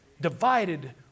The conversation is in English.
divided